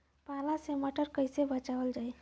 पाला से मटर कईसे बचावल जाई?